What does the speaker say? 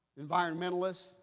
environmentalists